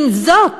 עם זאת,